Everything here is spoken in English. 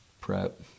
prep